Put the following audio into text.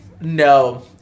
No